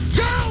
go